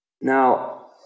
Now